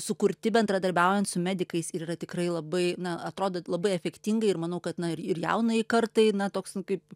sukurti bendradarbiaujant su medikais ir yra tikrai labai na atrodot labai efektingai ir manau kad na ir jaunajai kartai na toks kaip